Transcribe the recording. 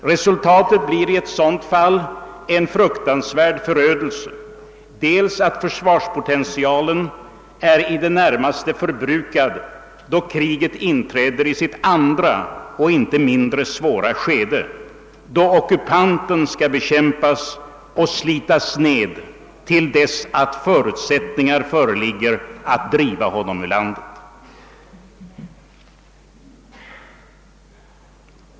Resultatet blir i ett sådant fall dels en fruktansvärd förödelse, dels att potentialen är i det närmaste förbrukad när kriget inträder i sitt andra, inte mindre svåra skede, då ockupanten skall bekämpas och slitas ned till dess att förutsättningar föreligger att driva honom ur landet.